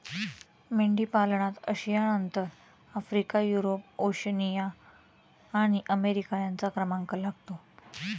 मेंढीपालनात आशियानंतर Africa, Europe, Oceania आणि अमेरिका यांचा क्रमांक लागतो